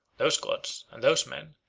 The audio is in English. those gods, and those men,